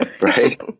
right